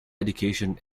education